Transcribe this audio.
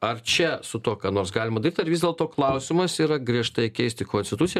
ar čia su tuo ką nors galima daryt ar vis dėlto klausimas yra griežtai keisti konstituciją